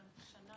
שנה